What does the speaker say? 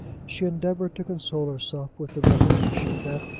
she endeavoured to console herself with the reflection that,